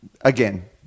again